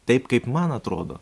taip kaip man atrodo